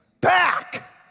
Back